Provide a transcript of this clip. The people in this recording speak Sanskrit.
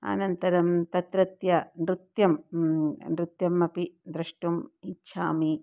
अनन्तरं तत्रत्य नृत्यं नृत्यमपि द्रष्टुम् इच्छामि